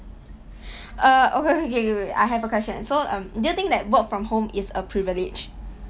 err okay okay K wait I have a question so um do you think that work from home is a privilege